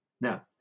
Now